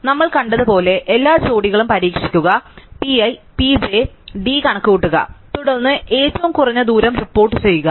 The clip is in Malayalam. അതിനാൽ നമ്മൾ കണ്ടതുപോലെ എല്ലാ ജോഡികളും പരീക്ഷിക്കുക p i p j ന്റെ d കണക്കുകൂട്ടുക തുടർന്ന് ഏറ്റവും കുറഞ്ഞ ദൂരം റിപ്പോർട്ട് ചെയ്യുക